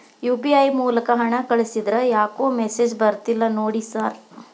UPI ಮೂಲಕ ಹಣ ಕಳಿಸಿದ್ರ ಯಾಕೋ ಮೆಸೇಜ್ ಬರ್ತಿಲ್ಲ ನೋಡಿ ಸರ್?